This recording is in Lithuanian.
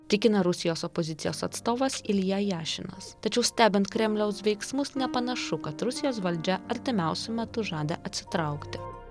tikina rusijos opozicijos atstovas ilja jašinas tačiau stebint kremliaus veiksmus nepanašu kad rusijos valdžia artimiausiu metu žada atsitraukti